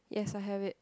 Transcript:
yes I have it